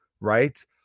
right